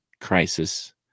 crisis